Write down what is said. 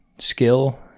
skill